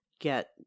get